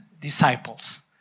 disciples